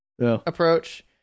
approach